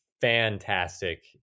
fantastic